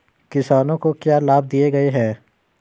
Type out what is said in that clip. किसानों को क्या लाभ दिए गए हैं?